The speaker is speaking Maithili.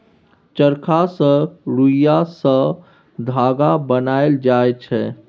चरखा सँ रुइया सँ धागा बनाएल जाइ छै